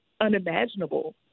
unimaginable